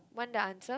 want the answer